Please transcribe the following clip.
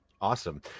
Awesome